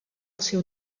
seu